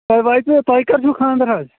تۄہہِ واتوٕ توہہِ کَر چھُ خانٛدر حظ